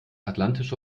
atlantische